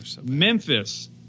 Memphis